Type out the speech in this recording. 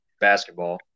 basketball